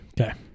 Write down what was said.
Okay